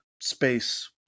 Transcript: space